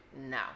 No